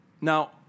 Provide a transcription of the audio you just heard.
Now